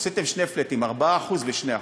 עשיתם שני "פלאטים": 4% ו-2%.